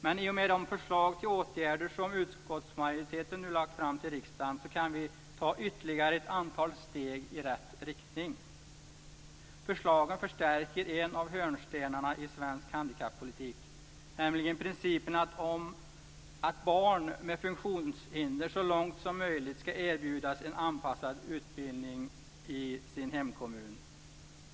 Men i och med de förslag till åtgärder som utskottsmajoriteten nu lagt fram för riksdagen kan vi ta ytterligare ett antal steg i rätt riktning. Förslagen förstärker en av hörnstenarna i svensk handikappolitik, nämligen principen om att barn med funktionshinder så långt som möjligt ska erbjudas en anpassad utbildning i sin hemkommun.